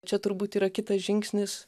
čia turbūt yra kitas žingsnis